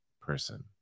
person